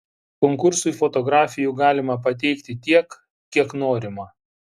konkursui fotografijų galima pateikti tiek kiek norima